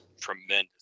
tremendous